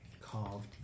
carved